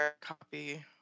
copy